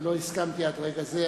ולא הסכמתי עד רגע זה,